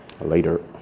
Later